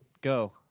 Go